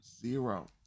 zero